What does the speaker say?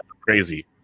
Crazy